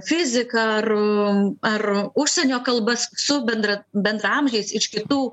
fiziką ar ar užsienio kalbas su bendra bendraamžiais iš kitų